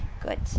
good